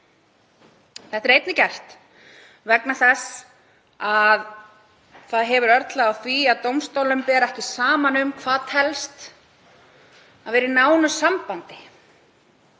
Þetta er einnig gert vegna þess að örlað hefur á því að dómstólum ber ekki saman um hvað telst að vera í nánu sambandi.